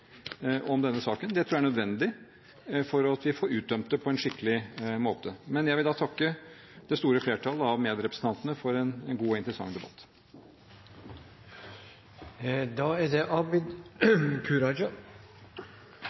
om denne saken. Det tror jeg er nødvendig for at vi får uttømt den på en skikkelig måte. Jeg vil takke det store flertall av medrepresentanter for en god og interessant debatt. Det